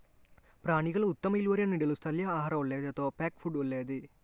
ಪ್ರಾಣಿಗಳು ಉತ್ತಮ ಇಳುವರಿಯನ್ನು ನೀಡಲು ಸ್ಥಳೀಯ ಆಹಾರ ಒಳ್ಳೆಯದೇ ಅಥವಾ ಪ್ಯಾಕ್ ಫುಡ್ ಒಳ್ಳೆಯದೇ?